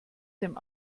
dem